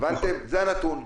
זה הנתון,